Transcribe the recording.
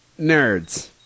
nerds